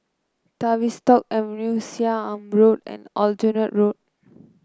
Tavistock Avenue Seah Im Road and Aljunied Road